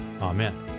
Amen